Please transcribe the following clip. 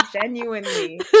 genuinely